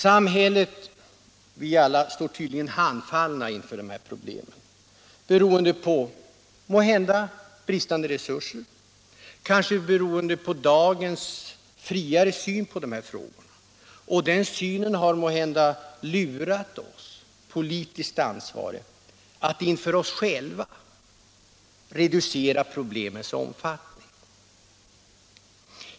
Samhället — vi alla — står tydligen handfallet inför problemen, beroende måhända på bristande resurser — eller kanske beroende på dagens friare syn på de här frågorna. Den synen har måhända lurat oss politiskt ansvariga att inför oss själva reducera problemens omfattning.